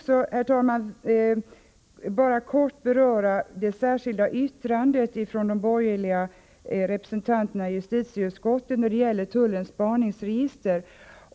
Så några ord om det särskilda yttrandet från de borgerliga ledamöterna i justitieutskottet när det gäller tullens spaningsregister.